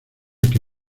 que